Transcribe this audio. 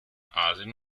asien